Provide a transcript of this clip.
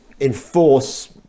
enforce